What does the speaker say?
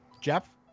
Jeff